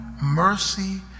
mercy